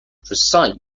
recite